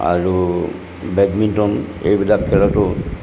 আৰু বেডমিণ্টন এইবিলাক খেলতো